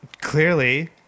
Clearly